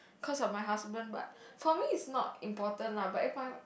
cause of my husband but for me it's not important lah but if my